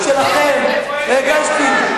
מה אתכם בישראל ביתנו,